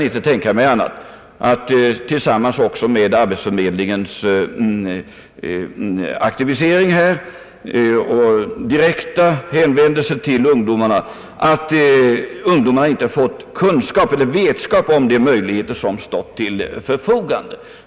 Detta tillsammans med arbetsförmedlingens aktivisering med direkta hänvändelser till ungdomarna gör att jag inte kan tänka mig att de inte fått vetskap om vilka möjligheter som finns.